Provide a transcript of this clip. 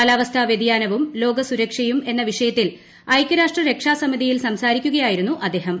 കാലാവസ്ഥാ വൃതിയാനവും ലോകസുരക്ഷയും എന്ന വിഷയത്തിൽ ഐക്യരാഷ്ട്രരക്ഷാ സമിതിയിൽ സംസാരിക്കുകയായിരുന്നു അദ്ദേഹം